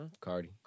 Cardi